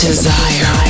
Desire